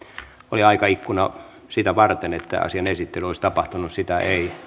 oli aikaikkuna sitä varten että asian esittely olisi tapahtunut sitä ei